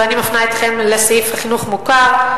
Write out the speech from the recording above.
ואני מפנה אתכם לסעיף החינוך המוכר.